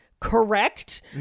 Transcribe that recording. Correct